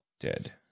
dead